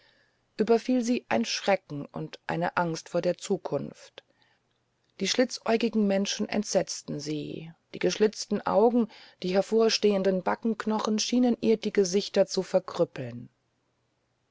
überfiel sie ein schrecken und eine angst vor der zukunft die schlitzäugigen menschen entsetzten sie die geschlitzten augen die hervorstehenden backenknochen schienen ihr die gesichter zu verkrüppeln